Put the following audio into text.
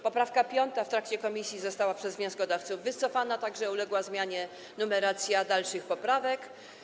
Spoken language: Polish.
Poprawka 5. w trakcie posiedzenia komisji została przez wnioskodawców wycofana, tak że uległa zmianie numeracja dalszych poprawek.